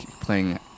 playing